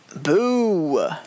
Boo